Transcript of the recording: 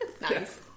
Nice